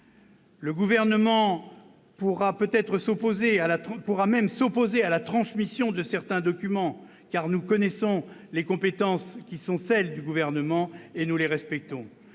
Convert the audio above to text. Le Gouvernement pourra même s'opposer à la transmission de certains documents, car nous connaissons les compétences qui sont les siennes et nous les respectons.